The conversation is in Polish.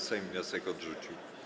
Sejm wniosek odrzucił.